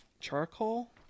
charcoal